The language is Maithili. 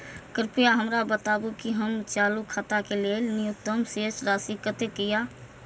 कृपया हमरा बताबू कि हमर चालू खाता के लेल न्यूनतम शेष राशि कतेक या